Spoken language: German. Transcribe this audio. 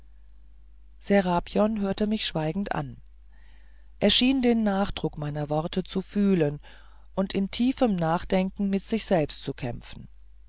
serapion hörte mich schweigend an er schien den nachdruck meiner worte zu fühlen und in tiefem nachdenken mit sich selbst zu kämpfen